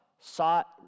sought